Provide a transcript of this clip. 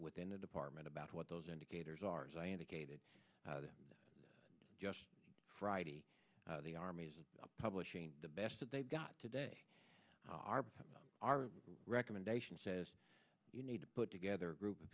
within the department about what those indicators are as i indicated just friday the armies of publishing the best that they've got today are our recommendation says you need to put together a group of